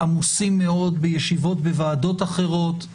עמוסים מאוד בישיבות בוועדות אחרות,